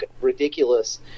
ridiculous